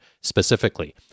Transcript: specifically